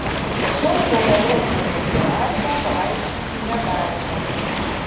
šio chronologinio prieštaravimo paaiškinti negalime